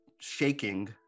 shaking